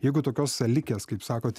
jeigu tokios salikės kaip sakot